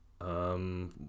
Um